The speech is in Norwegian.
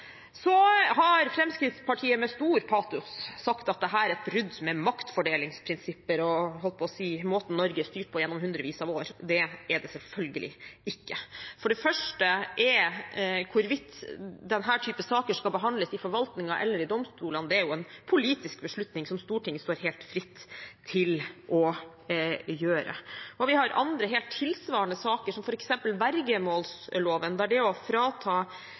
har med stor patos sagt at dette er et brudd med maktfordelingsprinsipper og – jeg holdt på å si – måten Norge er blitt styrt på gjennom hundrevis av år. Det er det selvfølgelig ikke. For det første: Hvorvidt denne type saker skal behandles av forvaltningen eller av domstolene, er en politisk beslutning, som Stortinget står helt fritt til å ta. Og vi har andre, helt tilsvarende saker, som f.eks. vergemålsloven, der det å frata